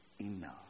enough